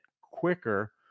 quicker